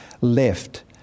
left